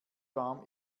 warm